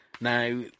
now